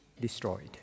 destroyed